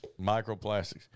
Microplastics